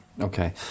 Okay